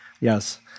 Yes